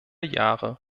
jahre